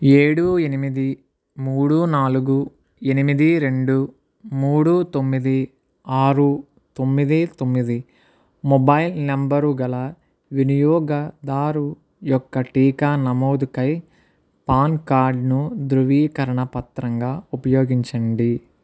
ఏడు ఎనిమిది మూడు నాలుగు ఎనిమిది రెండు మూడు తొమ్మిది ఆరు తొమ్మిది తొమ్మిది మొబైల్ నంబరు గల వినియోగదారు యొక్క టీకా నమోదుకై పాన్ కార్డ్ ను ధృవీకరణ పత్రంగా ఉపయోగించండి